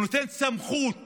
שנותן סמכות